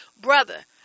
Brother